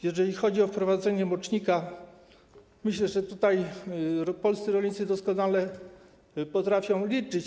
Jeżeli chodzi o wprowadzenie mocznika, myślę, że polscy rolnicy doskonale potrafią liczyć.